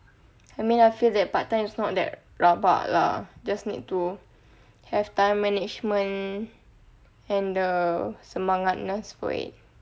I mean I feel that part time is not that rabak lah just need to have time management and the semangatness for it